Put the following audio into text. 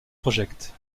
project